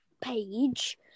page